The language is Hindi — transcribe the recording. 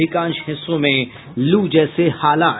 अधिकांश हिस्सों में लू जैसे हालात